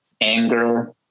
anger